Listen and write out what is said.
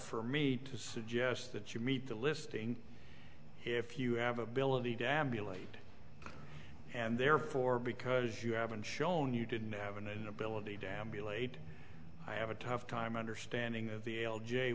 for me to suggest that you meet the listing if you have ability to ambulate and therefore because you haven't shown you didn't have an inability damn you late i have a tough time understanding of the l j